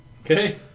Okay